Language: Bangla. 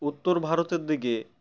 উত্তর ভারতের দিকে